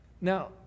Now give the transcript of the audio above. Now